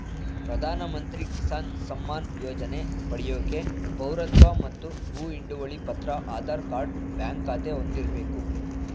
ಪ್ರಧಾನಮಂತ್ರಿ ಕಿಸಾನ್ ಸಮ್ಮಾನ್ ಯೋಜನೆ ಪಡ್ಯೋಕೆ ಪೌರತ್ವ ಪತ್ರ ಭೂ ಹಿಡುವಳಿ ಪತ್ರ ಆಧಾರ್ ಕಾರ್ಡ್ ಬ್ಯಾಂಕ್ ಖಾತೆ ಹೊಂದಿರ್ಬೇಕು